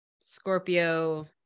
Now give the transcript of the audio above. scorpio